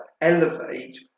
elevate